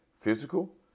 physical